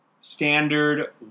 standard